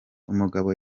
umugabo